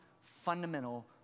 fundamental